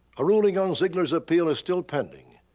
a ruling on ziegler's appeal is still pending.